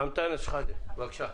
חבר הכנסת אנטאנס שחאדה, בבקשה.